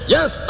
Yes